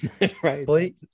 Right